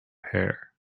hair